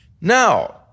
Now